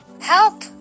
Help